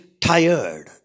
tired